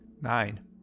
Nine